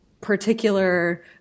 particular